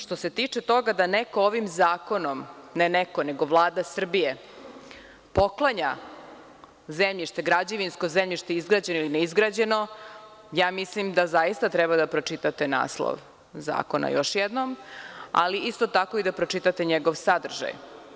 Što se tiče toga da neko ovim zakonom, ne neko, nego Vlada Srbije poklanja građevinsko zemljište izgrađeno ili neizgrađeno, ja mislim da zaista treba da pročitate naslov zakona još jednom, ali isto tako i da pročitate njegov sadržaj.